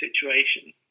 situation